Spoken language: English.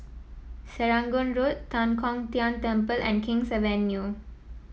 Serangoon Road Tan Kong Tian Temple and King's Avenue